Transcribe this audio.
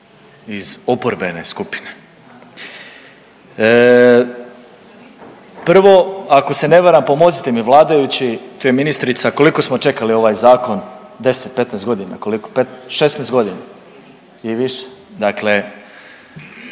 iz oporbene skupine, prvo ako se ne varam pomozite mi vladajući tu je ministrica koliko smo čekali ovaj zakon 10-15 godina, koliko, 16 godina i više. Dakle,